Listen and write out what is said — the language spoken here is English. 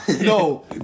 no